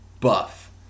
buff